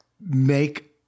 make